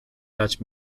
dutch